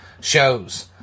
shows